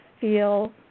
feel